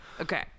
Okay